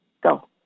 Go